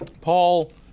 Paul